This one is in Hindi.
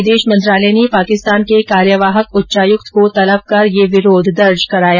विदेश मंत्रालय ने पाकिस्तान के कार्यवाहक उच्चायुक्त को तलब कर यह विरोध दर्ज कराया